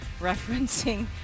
referencing